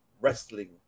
wrestling